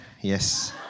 yes